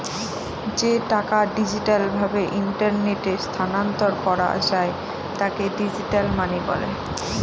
যে টাকা ডিজিটাল ভাবে ইন্টারনেটে স্থানান্তর করা যায় তাকে ডিজিটাল মানি বলে